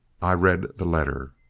i read the letter